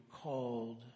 called